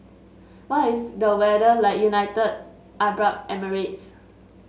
what is the weather like in United Arab Emirates